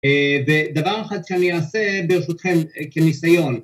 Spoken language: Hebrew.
ודבר אחד שאני אעשה ברשותכם כניסיון